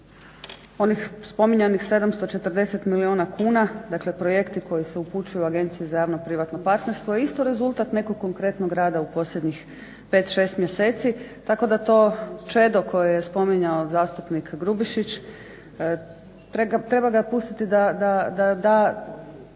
Onih spominjanih 740 milijuna kuna, dakle projekti koji se upućuju Agenciji za javno privatno partnerstvo je isto rezultat nekog konkretnog rada u posljednjih pet, šest mjeseci tako da to čedo koje je spominjao zastupnik Grubišić treba ga pustiti da